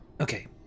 Okay